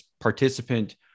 participant